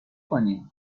کنیم